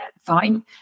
fine